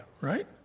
right